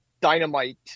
dynamite